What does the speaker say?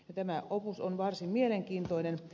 tämä opus on varsin mielenkiintoinen